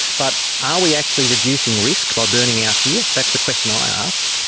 but are we actually reducing risk by burning out here? that's the question i ask.